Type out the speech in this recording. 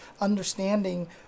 understanding